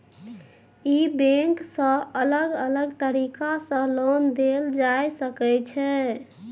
ई bank सँ अलग अलग तरीका सँ लोन देल जाए सकै छै